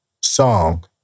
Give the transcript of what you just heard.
song